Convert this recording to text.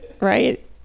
right